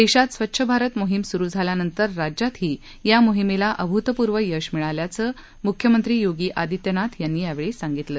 देशात स्वच्छ भारत मोहिम सुरू झाल्यानंतर राज्यातही या मोहिमेला अभूतपूर्व यश मिळाल्याचं मुख्यमंत्री योगी आदित्यनाथ यांनी यावेळी सांगितलं